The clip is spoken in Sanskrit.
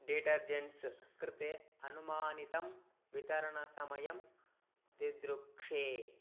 डीटर्जेण्ट्स् कृते अनुमानितं वितरणसमयं दिदृक्षे